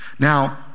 Now